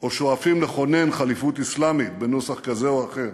או שואפים לכונן ח'ליפות אסלאמית בנוסח כזה או אחר,